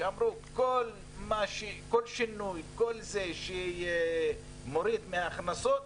שאמרו כל שינוי כל זה שמוריד מההכנסות,